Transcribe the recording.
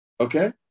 Okay